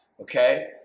okay